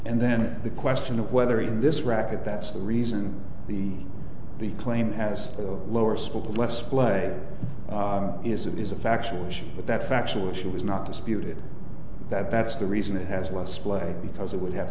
and then the question of whether in this racket that's the reason the the claim has a lower spot let's play is it is a factual issue that factual issue is not disputed that that's the reason it has less play because it would have